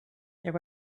there